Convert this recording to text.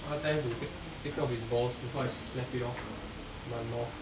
I want to tell him to take take out his balls before I snap it off with my mouth